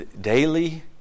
Daily